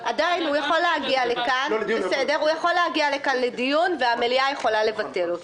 הוא עדיין יכול להגיע לכאן לדיון והמליאה יכולה לבטל אותו,